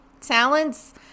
Talents